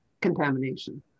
contamination